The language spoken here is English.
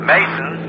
Mason